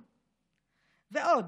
ועוד: